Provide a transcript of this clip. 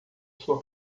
sua